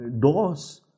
doors